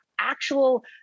actual